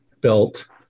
built